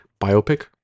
biopic